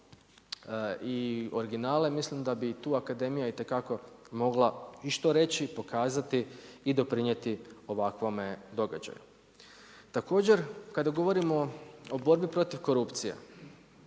i originale, mislim da bi tu akademija itekako mogla i što reći, i pokazati i doprinijeti ovakvome događaju. Također, kada govorimo o borbi protiv korupcije,